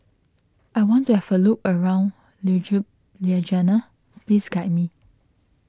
I want to have a look around Ljubljana please guide me